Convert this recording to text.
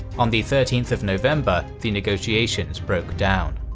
on the thirteenth of november, the negotiations broke down.